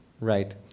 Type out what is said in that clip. Right